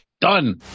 Done